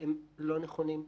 הם לא נכונים.